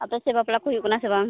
ᱟᱯᱮ ᱥᱮᱫ ᱵᱟᱯᱞᱟ ᱠᱚ ᱦᱩᱭᱩᱜ ᱠᱟᱱᱟ ᱥᱮ ᱵᱟᱝ